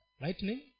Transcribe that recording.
lightning